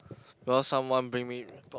cause someone bring me repo~